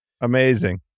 Amazing